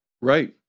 Right